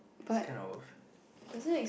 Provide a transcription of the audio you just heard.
it's kind of worth